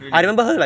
really